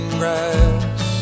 grass